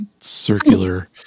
circular